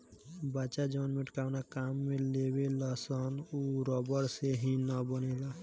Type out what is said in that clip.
बच्चा जवन मेटकावना काम में लेवेलसन उ रबड़ से ही न बनेला